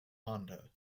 honda